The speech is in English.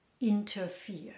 interfere